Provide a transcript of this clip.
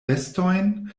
vestojn